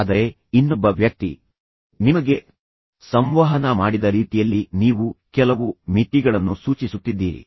ಆದರೆ ಇನ್ನೊಬ್ಬ ವ್ಯಕ್ತಿ ನಿಮಗೆ ಸಂವಹನ ಮಾಡಿದ ರೀತಿಯಲ್ಲಿ ನೀವು ಕೆಲವು ಮಿತಿಗಳನ್ನು ಸೂಚಿಸುತ್ತಿದ್ದೀರಿ